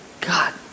God